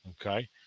okay